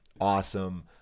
awesome